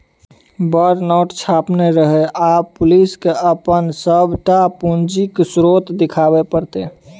बड़ नोट छापने रहय आब पुलिसकेँ अपन सभटा पूंजीक स्रोत देखाबे पड़तै